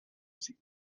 ces